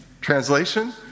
Translation